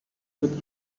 with